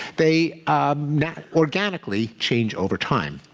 they organically change over time.